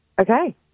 Okay